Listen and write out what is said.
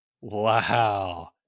wow